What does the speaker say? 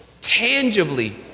tangibly